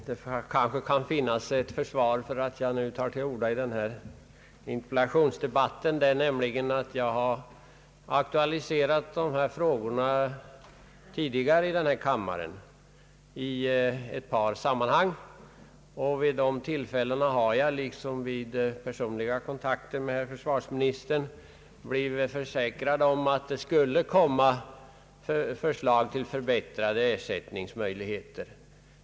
Herr talman! Det kan kanske finnas ett försvar för att jag nu tar till orda i denna interpellationsdebatt. Jag har nämligen tidigare i denna kammare aktualiserat dessa frågor i ett par sammanhang, och vid dessa tillfällen har jag liksom vid personliga sammanträffanden med försvarsministern blivit försäkrad om att det skulle komma förslag till en förbättring av militärskadeskyddet för de värnpliktiga.